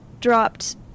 dropped